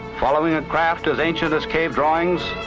following a craft as ancient as cave drawings,